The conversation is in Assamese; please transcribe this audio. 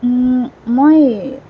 মই